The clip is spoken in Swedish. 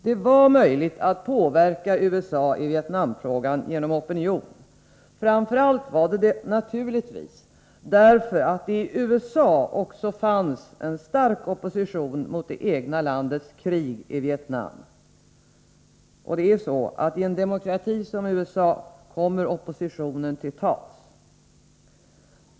Det var möjligt att påverka USA i Vietnamfrågan genom opinion — framför allt naturligtvis därför att det i USA också fanns en så stark opposition mot det egna landets krig i Vietnam, och i en demokrati som USA kommer oppositionen till tals.